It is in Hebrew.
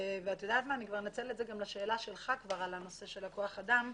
אני כבר אנצל את זה ואתייחס לשאלה שלך לגבי נושא כוח האדם.